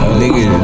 nigga